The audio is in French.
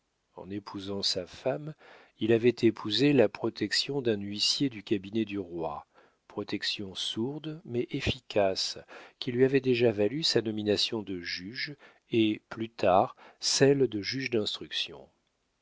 en épousant sa femme il avait épousé la protection d'un huissier du cabinet du roi protection sourde mais efficace qui lui avait déjà valu sa nomination de juge et plus tard celle de juge d'instruction